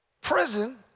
prison